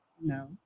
no